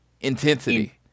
intensity